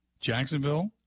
Jacksonville